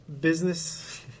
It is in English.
business